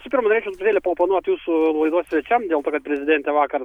visų pirma norėčiau truputėlį paoponuot jūsų laidos svečiam dėl to kad prezidentė vakar